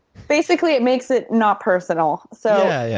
basically it makes it not personal. so yeah,